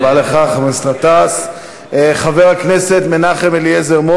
תודה רבה לך, חבר הכנסת גטאס.